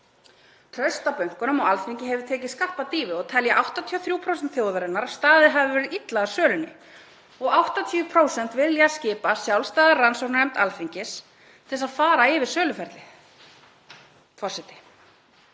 Traust á bönkunum og Alþingi hefur tekið skarpa dýfu og telja 83% þjóðarinnar að staðið hafi verið illa sölunni og 80% vilja skipa sjálfstæða rannsóknarnefnd Alþingis til að fara yfir söluferlið. Forseti.